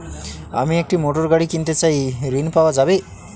আমি একটি মোটরগাড়ি কিনতে চাই ঝণ পাওয়া যাবে?